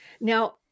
Now